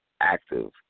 active